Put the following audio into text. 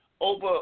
over